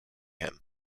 him